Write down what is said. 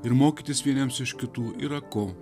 ir mokytis vieniems iš kitų yra ko